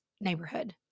neighborhood